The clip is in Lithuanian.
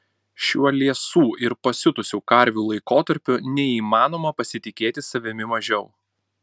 šiuo liesų ir pasiutusių karvių laikotarpiu neįmanoma pasitikėti savimi mažiau